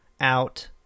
out